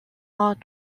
pas